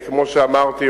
כמו שאמרתי,